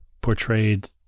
portrayed